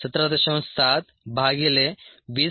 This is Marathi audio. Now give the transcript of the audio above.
8 17